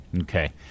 Okay